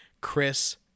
chris